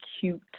cute